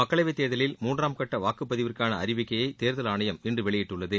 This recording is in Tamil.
மக்களவைத் தேர்தலில் மூன்றாம் கட்ட வாக்குப் பதிவிற்கான அறிவிக்கையை தேர்தல் ஆணையம் இன்று வெளியிட்டுள்ளது